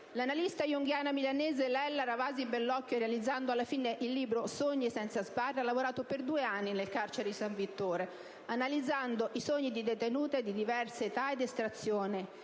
L'analista junghiana milanese Lella Ravasi Bellocchio, realizzando alla fine il libro «Sogni senza sbarre», ha lavorato per due anni nel carcere di San Vittore, analizzando i sogni di detenute di diverse età ed estrazione,